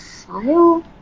file